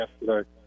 yesterday